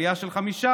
עלייה של 5%,